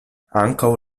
ankaŭ